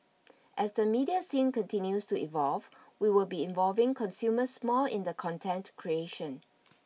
as the media scene continues to evolve we will be involving consumers more in the content creation